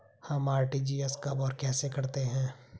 हम आर.टी.जी.एस कब और कैसे करते हैं?